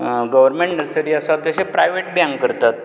government nursery आसा तशेंच private बी हांगा करतात